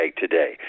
today